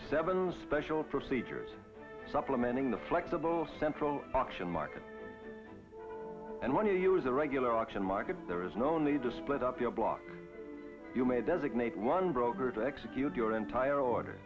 seven special procedures supplementing the flexible central auction market and when you use a regular auction market there is no need to split up your block you may designate one broker to execute your entire order